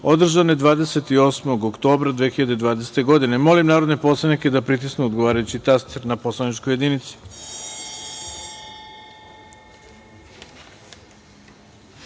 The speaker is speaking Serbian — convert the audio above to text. održane 28. oktobra 2020. godine. Molim narodne poslanike da pritisnu odgovarajući taster na poslaničkoj